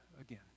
again